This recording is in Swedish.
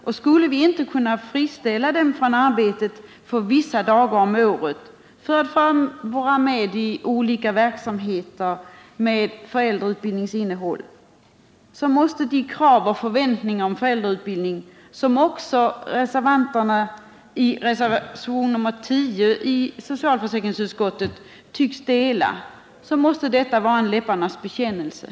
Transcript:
Om man inte kan gå med på att dessa föräldrar kan friställas från arbetet ett visst antal dagar om året för att vara med i olika verksamheter med föräldrautbildningsinnehåll, måste de krav och förväntningar på föräldrautbildning som reservanterna i reservation nr 10 vid socialförsäkringsutskottets betänkande nr 24 tycks dela, för dem bara vara en läpparnas bekännelse.